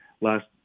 last